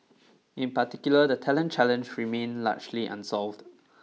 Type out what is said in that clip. in particular the talent challenge remain largely unsolved